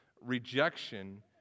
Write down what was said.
Rejection